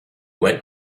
went